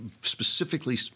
specifically